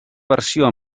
versió